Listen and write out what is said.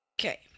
Okay